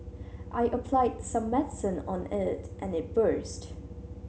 I applied some medicine on it and it burst